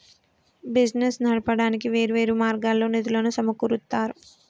business నడపడానికి వేర్వేరు మార్గాల్లో నిధులను సమకూరుత్తారు